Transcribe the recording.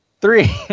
Three